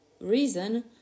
reason